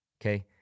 okay